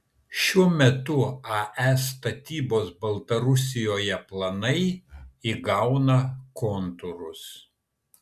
šiuo metu ae statybos baltarusijoje planai įgauna kontūrus